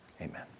amen